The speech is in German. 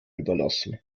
überlassen